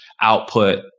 output